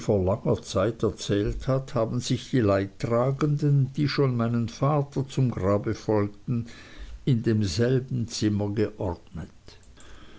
langer zeit erzählt hat haben sich die leidtragenden die schon meinem vater zum grabe folgten in demselben zimmer geordnet